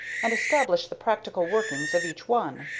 and establish the practical working of each one.